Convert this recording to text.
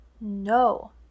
No